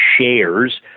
shares